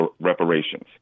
reparations